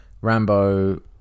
Rambo